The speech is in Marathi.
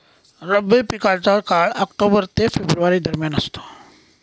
रब्बी पिकांचा काळ ऑक्टोबर ते फेब्रुवारी दरम्यान असतो